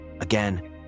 Again